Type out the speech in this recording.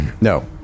No